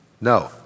No